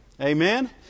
Amen